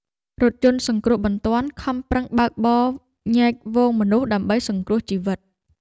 រថយន្តសង្គ្រោះបន្ទាន់ខំប្រឹងបើកបរញែកហ្វូងមនុស្សដើម្បីសង្គ្រោះជីវិត។